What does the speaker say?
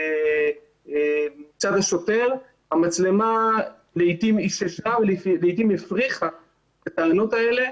מצד השוטר המצלמה לעתים איששה ולעתים הפריכה את הטענות האלה.